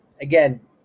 Again